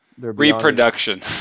Reproduction